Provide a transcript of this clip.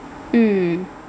mm